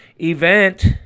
event